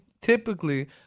typically